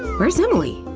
where's emily?